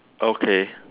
okay